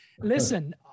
Listen